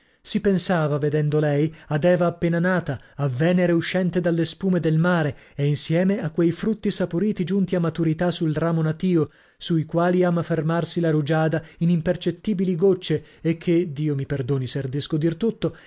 si pensava vedendo lei ad eva appena nata a venere uscente dalle spume del mare e insieme a quei frutti saporiti giunti a maturità sul ramo natio sui quali ama fermarsi la rugiada in impercettibili gocce e che di io